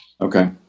Okay